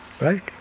Right